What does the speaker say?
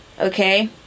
okay